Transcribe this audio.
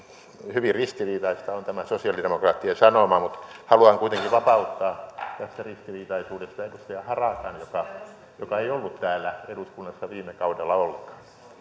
hyvin ristiriitaista on tämä sosialidemokraattien sanoma mutta haluan kuitenkin vapauttaa tästä ristiriitaisuudesta edustaja harakan joka ei ollut täällä eduskunnassa viime kaudella ollenkaan